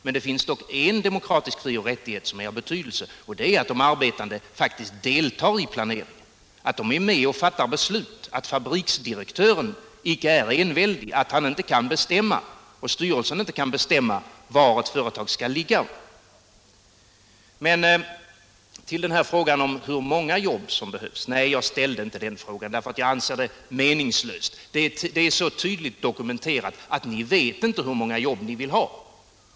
Men det finns dock en demokratisk fri och rättighet som är av betydelse, och det är att de arbetande faktiskt deltar i planeringen. De är med och fattar beslut. Fabriksdirektören är icke enväldig. Han och styrelsen kan inte bestämma var ett företag skall ligga. Till frågan om hur många jobb som behövs: Nej, jag ställde inte den frågan. Jag anser det meningslöst. Det är så tydligt dokumenterat att ni inte vet hur många jobb ni vill ha.